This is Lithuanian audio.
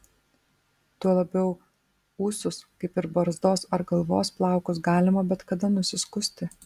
tuo labiau ūsus kaip ir barzdos ar galvos plaukus galima bet kada nusiskusti